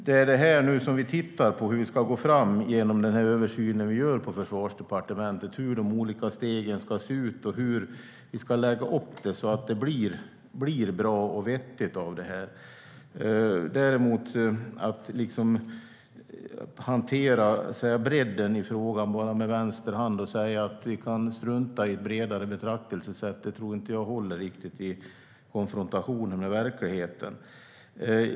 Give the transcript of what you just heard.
Det vi tittar på i översynen på Försvarsdepartementet är just hur de olika stegen ska se ut och hur vi ska lägga upp det så att det blir bra och vettigt. Men att hantera bredden i frågan med vänster hand och säga att vi kan strunta i ett bredare betraktelsesätt tror jag inte håller i konfrontationen med verkligheten.